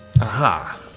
aha